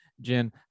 Jen